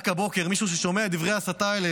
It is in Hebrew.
רק הבוקר מישהו ששומע את דברי ההסתה האלה,